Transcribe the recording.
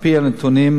על-פי הנתונים,